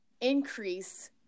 increase